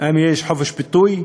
האם יש חופש ביטוי?